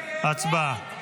הצבעה.